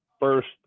first